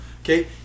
Okay